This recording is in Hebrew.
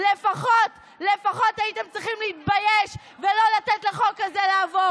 פוגש מאומת ויוצא לבידוד.